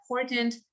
important